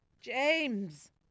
James